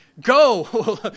Go